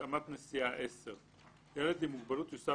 התאמת הסעה 10. ילד עם מוגבלות יוסע